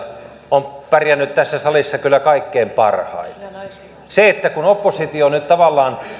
on pärjännyt tässä salissa kyllä kaikkein parhaiten se kun oppositio nyt tavallaan